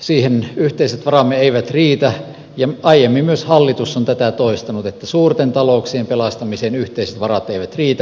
siihen yhteiset varamme eivät riitä ja aiemmin myös hallitus on tätä toistanut että suurten talouksien pelastamiseen yhteiset varat eivät riitä